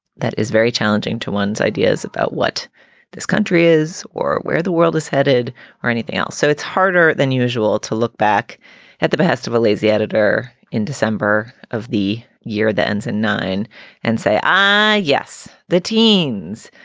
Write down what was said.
that is very challenging to one's ideas about what this country is or where the world is headed or anything else. so it's harder than usual to look back at the behest of a lazy editor in december of the year that ends in nine and say, yes, the teens,